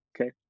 Okay